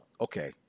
Okay